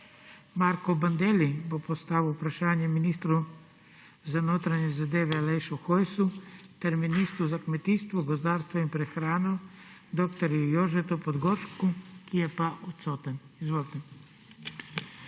Marko Bandelli bo postavil vprašanje ministru za notranje zadeve Alešu Hojsu ter ministru za kmetijstvo, gozdarstvo in prehrano dr. Jožetu Podgoršku, ki je odsoten. Izvolite.